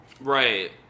Right